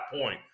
point